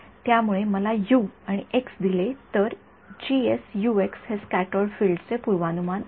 त्यामुळे आपण मला यु आणि एक्स दिले तर हे स्क्याटर्ड फील्ड चे पूर्वानुमान आहे